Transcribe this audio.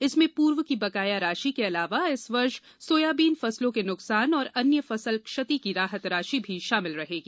इसमें पूर्व की बकाया राशि के अलावा इस वर्ष सोयाबीन फसलों के नुकसान और अन्य फसल क्षति की राहत राशि मी शामिल रहेगी